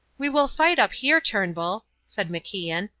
we will fight up here, turnbull, said macian,